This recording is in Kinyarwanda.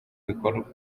bikorwa